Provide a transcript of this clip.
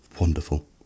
Wonderful